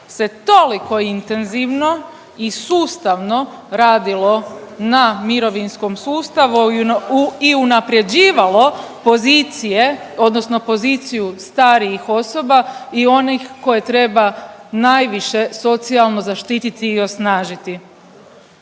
se toliko intenzivno i sustavno radilo na mirovinskom sustavu i unaprjeđivalo pozicije odnosno poziciju starijih osoba i onih koje treba najviše socijalno zaštititi i osnažiti?